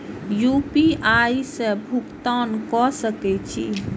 UPI से भुगतान क सके छी?